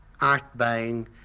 art-buying